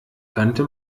kannte